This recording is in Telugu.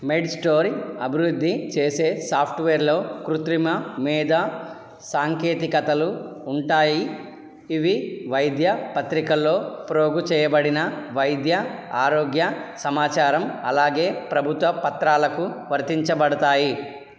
మెడ్స్టోరీ అభివృద్ధి చేసే సాఫ్ట్వేర్లో కృత్రిమ మేధ సాంకేతికతలు ఉంటాయి ఇవి వైద్య పత్రికల్లో ప్రోగు చేయబడిన వైద్య ఆరోగ్య సమాచారం అలాగే ప్రభుత్వ పత్రాలకు వర్తించబడతాయి